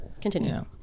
continue